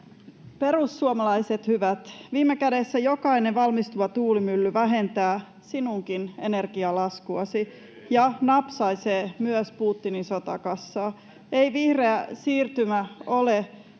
Perussuomalaiset hyvät, viime kädessä jokainen valmistuva tuulimylly vähentää sinunkin energialaskuasi ja napsaisee myös Putinin sotakassaa. Ei vihreä siirtymä ole tämmöstä